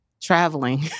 traveling